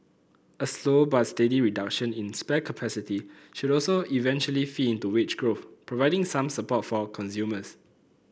a slow but steady reduction in spare capacity should also eventually feed into wage growth providing some support for consumers